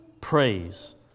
Praise